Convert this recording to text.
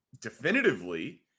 definitively